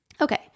okay